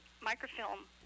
microfilm